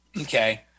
Okay